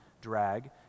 drag